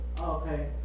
Okay